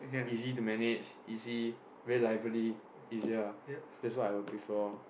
easy to manage easy very lively easy ah that's what I prefer oh